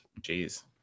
Jeez